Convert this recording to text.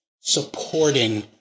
supporting